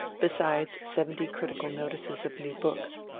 besides seventy criti cal notices of new books.